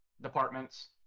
departments